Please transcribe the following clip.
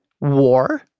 war